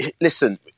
Listen